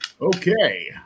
Okay